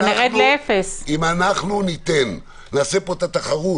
נעשה את התחרות